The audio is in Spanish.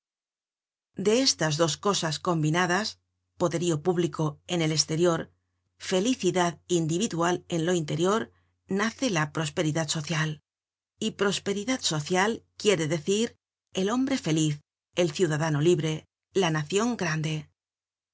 de estas dos cosas combinadas poderío público en el esterior felicidad individual en lo interior nace la prosperidad social y prosperidad social quiere decir el hombre feliz el ciudadano libre la nacion grande